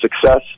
success